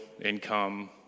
income